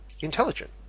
intelligent